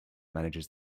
manages